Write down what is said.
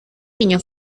niño